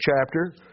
chapter